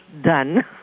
done